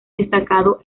destacado